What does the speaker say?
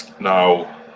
Now